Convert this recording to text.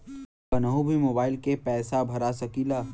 कन्हू भी मोबाइल के पैसा भरा सकीला?